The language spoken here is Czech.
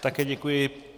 Také děkuji.